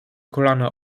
kolana